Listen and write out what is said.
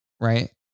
Right